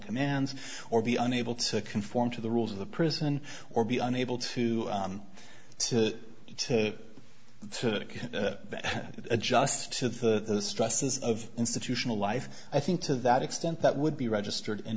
commands or be unable to conform to the rules of the prison or be unable to that adjust to the stresses of institutional life i think to that extent that would be registered in